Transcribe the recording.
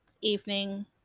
evening